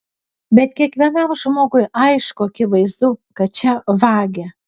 bet kiekvienam žmogui aišku akivaizdu kad čia vagia